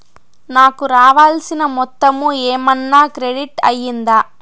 నాకు రావాల్సిన మొత్తము ఏమన్నా క్రెడిట్ అయ్యిందా